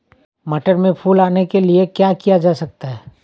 मटर में फूल आने के लिए क्या किया जा सकता है?